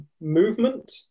movement